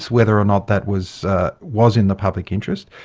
whether or not that was ah was in the public interest.